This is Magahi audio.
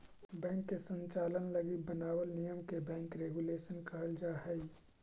बैंक के संचालन लगी बनावल नियम के बैंक रेगुलेशन कहल जा हइ